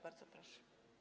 Bardzo proszę.